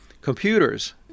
computers